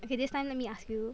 okay this time let me ask you